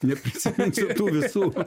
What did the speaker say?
neprisiminsiu tų visų